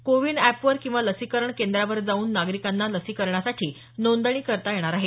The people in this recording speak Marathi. कोविन एप वर किंवा लसीकरण केंद्रावर जाऊन नागरीकांना लसीकरणासाठी नोंदणी करता येणार आहे